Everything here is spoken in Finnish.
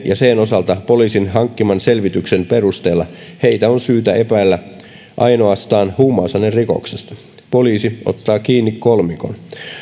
ja cn osalta poliisin hankkiman selvityksen perusteella heitä on syytä epäillä ainoastaan huumausainerikoksesta poliisi ottaa kiinni kolmikon